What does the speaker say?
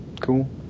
cool